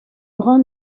brun